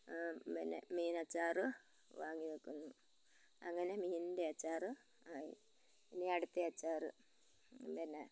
പിന്നെ മീനച്ചാറ് വാങ്ങിവെക്കുന്നു അങ്ങനെ മീനിൻ്റെ അച്ചാറ് ആയി ഇനി അടുത്ത അച്ചാറ് പിന്നെ